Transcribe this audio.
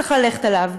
צריך ללכת עליהן.